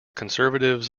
conservatives